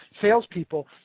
salespeople